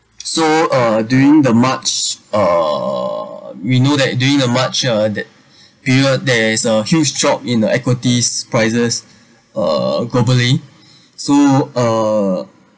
so uh doing the march uh we knew that during the march ah that we heard there is a huge drop in a equities prices uh globally so uh